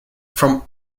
from